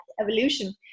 evolution